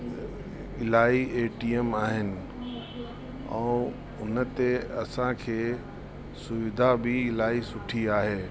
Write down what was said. इलाही एटीएम आहिनि ऐं हुन ते असांखे सुविधा बि इलाही सुठी आहे